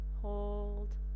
hold